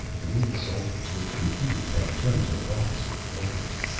the lead soldiers looked confused and turned to their officer for orders.